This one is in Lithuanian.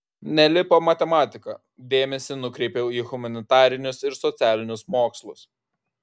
nelipo matematika dėmesį nukreipiau į humanitarinius ir socialinius mokslus